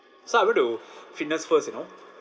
so I went to fitness first you know